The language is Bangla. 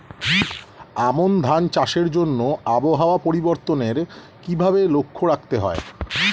আমন ধান চাষের জন্য আবহাওয়া পরিবর্তনের কিভাবে লক্ষ্য রাখতে হয়?